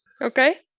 Okay